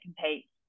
compete